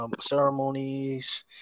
ceremonies